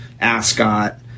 Ascot